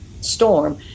storm